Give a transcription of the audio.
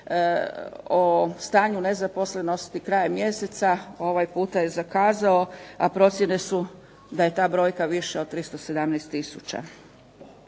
o stanju nezaposlenosti krajem mjeseca, ovaj puta je zakazao, a procjene su da je ta brojka više od 317 tisuća.